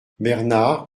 bernard